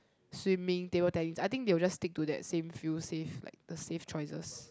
swimming table tennis I think they will just stick to that same few safe like the safe choices